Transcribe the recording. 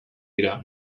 dira